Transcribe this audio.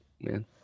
man